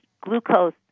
glucose